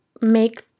make